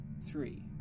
Three